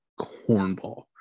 cornball